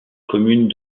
commune